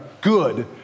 good